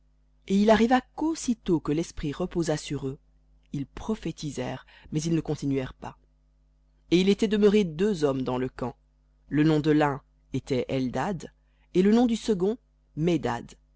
et il arriva qu'aussitôt que l'esprit reposa sur eux ils prophétisèrent mais ils ne continuèrent pas et il était demeuré deux hommes dans le camp le nom de l'un était eldad et le nom du second médad